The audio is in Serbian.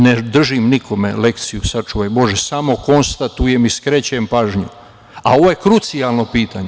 Ne držim nikome lekciju, sačuvaj Bože, samo konstatujem i skrećem pažnju, a ovo je krucijalno pitanje.